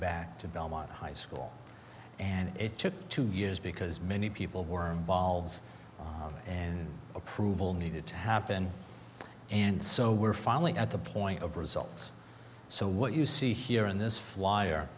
back to belmont high school and it took two years because many people were volves and approval needed to happen and so were falling at the point of results so what you see here in this flyer